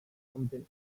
contain